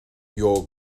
your